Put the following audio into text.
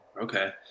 Okay